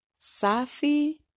safi